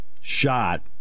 shot